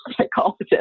psychologist